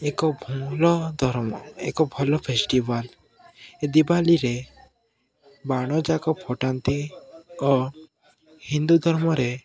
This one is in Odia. ଏକ ଭଲ ଧର୍ମ ଏକ ଭଲ ଫେଷ୍ଟିଭାଲ୍ ଦିିୱାଲୀରେ ବାଣଯାକ ଫୁଟାନ୍ତି ଓ ହିନ୍ଦୁ ଧର୍ମରେ